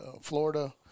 Florida